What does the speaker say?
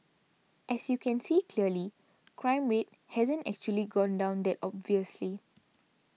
as you can see clearly crime rate hasn't actually gone down that obviously